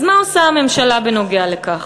אז מה עושה הממשלה בנוגע לכך?